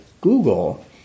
google